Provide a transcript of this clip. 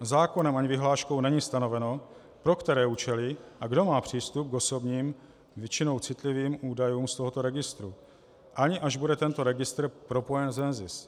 Zákonem ani vyhláškou není stanoveno, pro které účely a kdo má přístup k osobním, většinou citlivým údajům z tohoto registru, ani až bude tento registr propojen s NZIS.